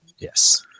yes